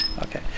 Okay